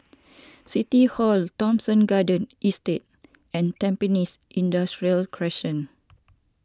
City Hall Thomson Garden Estate and Tampines Industrial Crescent